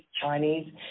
Chinese